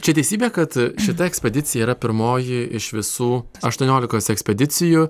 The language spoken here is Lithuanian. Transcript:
čia teisybė kad šita ekspedicija yra pirmoji iš visų aštuoniolikos ekspedicijų